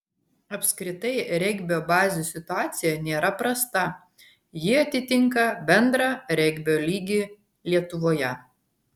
apskritai regbio bazių situacija nėra prasta ji atitinka bendrą regbio lygį lietuvoje